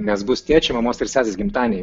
nes bus tėčio mamos ir sesės gimtadieniai